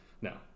No